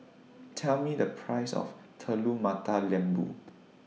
Tell Me The Price of Telur Mata Lembu